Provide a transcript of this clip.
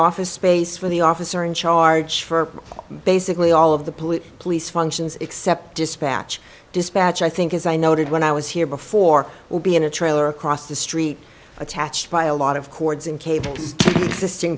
office space for the officer in charge for basically all of the police police functions except dispatch dispatch i think as i noted when i was here before would be in a trailer across the street attached by a lot of cords and cable